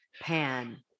Pan